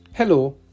Hello